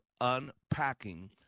unpacking